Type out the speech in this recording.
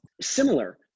Similar